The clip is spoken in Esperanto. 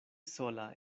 sola